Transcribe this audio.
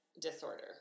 disorder